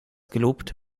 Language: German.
gelobt